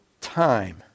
time